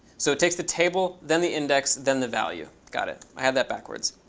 so it takes the table, then the index, then the value. got it. i had that backwards.